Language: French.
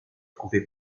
trouvée